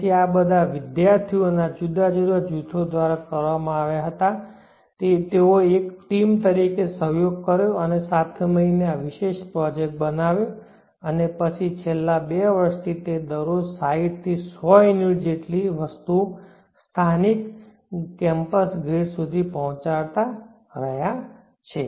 તેથી આ બધા વિદ્યાર્થીઓનાં જુદા જુદા જૂથો દ્વારા કરવામાં આવ્યાં હતાં તેઓએ એક ટીમ તરીકે સહયોગ કર્યો અને સાથે મળીને આ વિશેષ પ્રોજેક્ટ બનાવ્યો અને પછી છેલ્લાં બે વર્ષથી તે દરરોજ 60 થી 100 યુનિટ જેવી વસ્તુ સ્થાનિક કેમ્પસ ગ્રીડ સુધી પહોંચાડતા રહ્યા છે